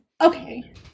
Okay